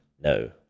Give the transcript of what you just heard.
No